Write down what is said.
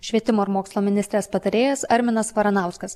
švietimo ir mokslo ministrės patarėjas arminas varanauskas